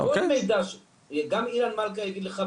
גם אילן מלכא יגיד לך,